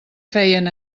feien